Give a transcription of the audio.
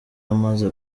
amaze